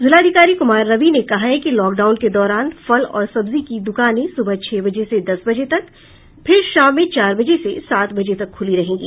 जिलाधिकारी कुमार रवि ने कहा है कि लॉकडाउन के दौरान फल और सब्जी की दुकानें सुबह छह बजे से दस बजे तक फिर शाम में चार बजे से सात बजे तक खुली रहेंगी